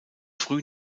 früh